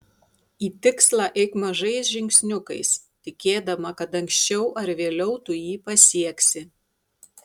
į tikslą eik mažais žingsniukais tikėdama kad anksčiau ar vėliau tu jį pasieksi